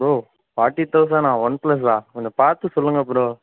bro forty தௌசண்ட்னா one பிளஸ்ஸா கொஞ்சம் பார்த்து சொல்லுங்க ப்ரோ